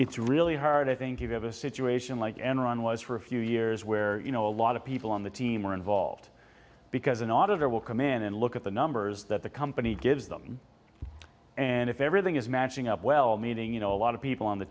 it's really hard i think you have a situation like enron was for a few years where you know a lot of people on the team are involved because an auditor will come in and look at the numbers that the company gives them and if everything is matching up well meaning you know a lot of people on the